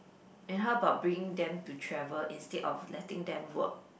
and how about bringing them to travel instead of letting them work